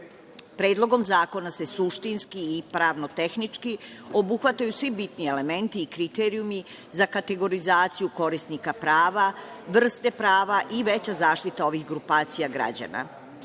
herojima. Predlogom zakona se suštinski i pravno-tehnički obuhvataju svi bitni elementi i kriterijumi za kategorizaciju korisnika prava, vrste prava i veća zaštita ovih grupacija građana.